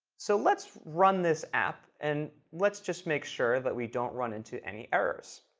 so let's run this app and let's just make sure that we don't run into any errors.